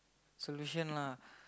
solution lah